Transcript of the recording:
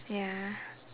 ya